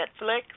Netflix